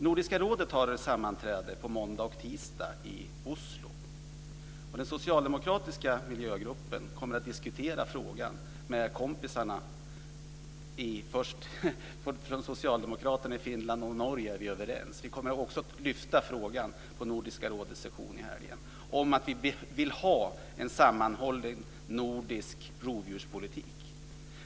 Nordiska rådet har sammanträde på måndag och tisdag i Oslo. Den socialdemokratiska miljögruppen kommer att diskutera frågan med kompisarna. Med socialdemokraterna i Finland och Norge är vi överens. Vi kommer också att lyfta frågan på Nordiska rådets session i helgen om att vi vill ha en sammanhållen nordisk rovdjurspolitik.